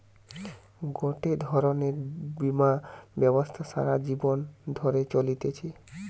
গটে ধরণের বীমা ব্যবস্থা সারা জীবন ধরে চলতিছে